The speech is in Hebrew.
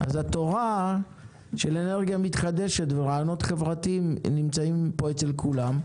התורה של אנרגיה מתחדשת ורעיונות חברתיים נמצאים פה אצל כולם.